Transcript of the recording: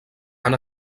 han